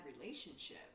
relationship